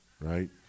right